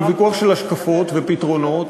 הוא ויכוח של השקפות ופתרונות,